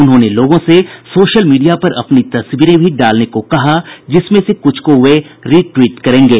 उन्होंने लोगों से सोशल मीडिया पर अपनी तस्वीरें भी डालने को कहा जिसमें से कुछ को वे रिट्वीट करेंगे